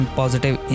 positive